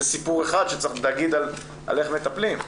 זה סיפור אחד וצריך להגיד איך מטפלים.